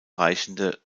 reichende